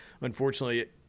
unfortunately